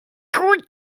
gut